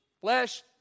Flesh